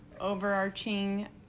overarching